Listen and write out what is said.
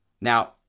Now